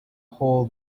hole